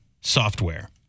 software